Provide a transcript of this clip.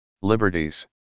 liberties